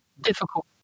difficult